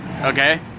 Okay